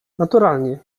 naturalnie